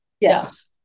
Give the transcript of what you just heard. yes